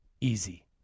easy